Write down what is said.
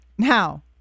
Now